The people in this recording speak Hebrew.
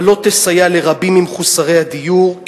אבל היא לא תסייע לרבים ממחוסרי הדיור,